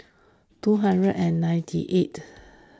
two hundred and ninety eight